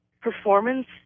performance